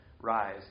rise